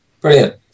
Brilliant